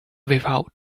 without